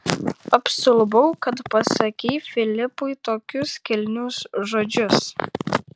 apstulbau kad pasakei filipui tokius kilnius žodžius